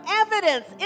evidence